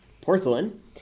Porcelain